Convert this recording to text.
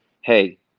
hey